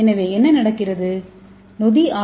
எனவே என்ன நடக்கிறது நொதி ஆர்